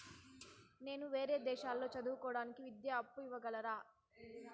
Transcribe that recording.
నేను వేరే దేశాల్లో చదువు కోవడానికి విద్యా అప్పు ఇవ్వగలరా?